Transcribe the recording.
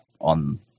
on